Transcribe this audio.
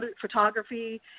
photography